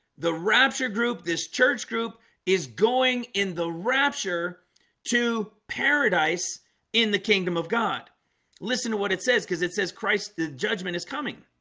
the rapture group this church group is going in the rapture to paradise in the kingdom of god listen to what it says because it says christ the judgment is coming